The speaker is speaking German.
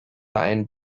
einen